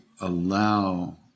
allow